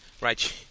right